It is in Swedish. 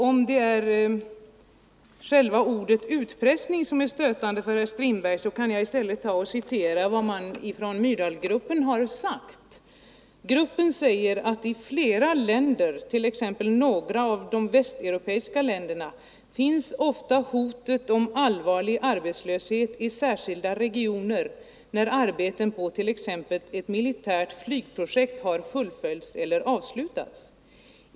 Om det är själva ordet utpressning som är stötande för herr Strindberg, så kan jag i stället använda en mildare formulering och citera vad Myrdalgruppen har sagt: ”I flera länder, t.ex. några av de västeuropeiska länderna, finns ofta hotet om allvarlig arbetslöshet i särskilda regioner, när arbeten på t.ex. ett militärt flygprojekt har fullföljts eller avslutats.